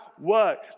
work